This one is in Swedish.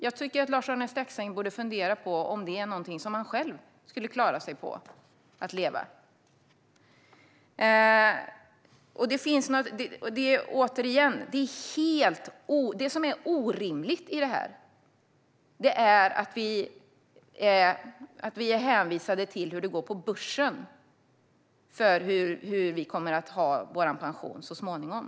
Jag tycker att Lars-Arne Staxäng borde fundera på om han själv skulle klara att leva på det. Det som är orimligt i detta, återigen, är att vi är hänvisade till hur det går på börsen när det gäller vilken pension vi kommer att ha så småningom.